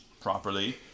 properly